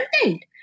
content